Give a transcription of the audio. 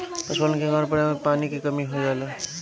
पशुपालन के कारण पर्यावरण में पानी क कमी हो जाला